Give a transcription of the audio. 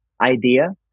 idea